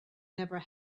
never